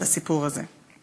את הסיפור הזה.